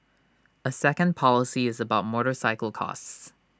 A second policy is about motorcycle costs